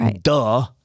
duh